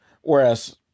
whereas